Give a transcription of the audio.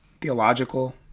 theological